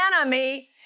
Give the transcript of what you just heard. enemy